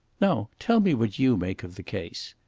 now tell me what you make of the case.